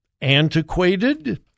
antiquated